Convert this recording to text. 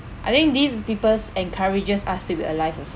I think these peoples encourages us to be alive also